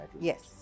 Yes